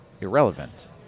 irrelevant